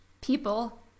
people